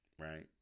right